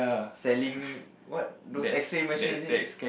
selling what those X-Ray machine is it